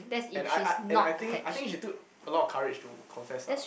and I I and I think I think she took a lot of courage to confess ah